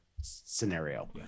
scenario